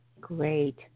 Great